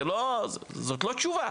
זאת לא תשובה.